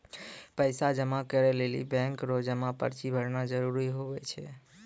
पैसा जमा करै लेली बैंक रो जमा पर्ची भरना जरूरी हुवै छै